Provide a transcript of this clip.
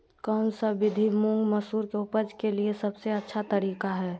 कौन विधि मुंग, मसूर के उपज के लिए सबसे अच्छा तरीका है?